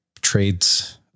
trades